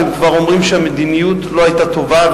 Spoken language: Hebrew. אתם כבר אומרים שהמדיניות לא היתה טובה,